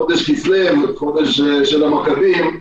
חודש כסלו, חודש של המאחזים.